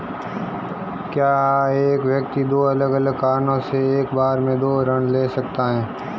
क्या एक व्यक्ति दो अलग अलग कारणों से एक बार में दो ऋण ले सकता है?